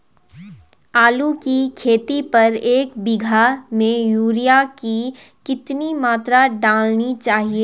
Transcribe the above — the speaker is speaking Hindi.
आलू की खेती पर एक बीघा में यूरिया की कितनी मात्रा डालनी चाहिए?